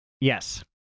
Yes